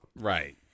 right